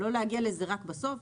לא להגיע לזה רק בסוף.